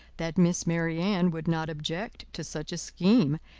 that miss marianne would not object to such a scheme,